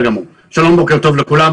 בוקר טוב לכולם.